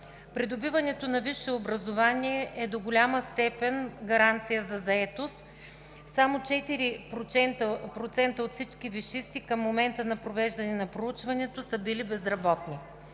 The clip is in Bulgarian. Придобиването на висше образование е до голяма степен гаранция за заетост. Само 4% от всички висшисти към момента на провеждане на проучването са били безработни.